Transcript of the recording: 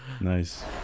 Nice